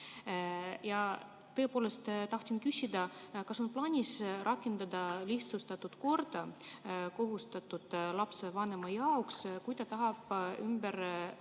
palju raha. Tahtsin küsida, kas on plaanis rakendada lihtsustatud korda kohustatud lapsevanema jaoks, kui ta tahab vaidlustada